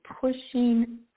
pushing